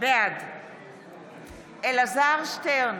בעד אלעזר שטרן,